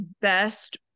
best